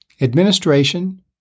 Administration